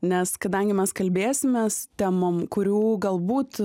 nes kadangi mes kalbėsimės temom kurių galbūt